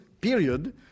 period